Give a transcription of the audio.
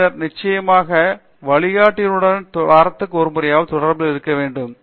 பின்னர் நிச்சயமாக வழிகாட்டியுடன் வாரத்திற்கு ஒருமுறையாவது தொடர்பு வேண்டும்